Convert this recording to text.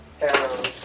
arrows